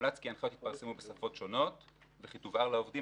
מומלץ כי ההנחיות יתפרסמו בשפות שונות וכי תובהר לעובדים